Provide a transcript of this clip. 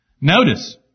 Notice